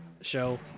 show